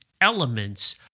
elements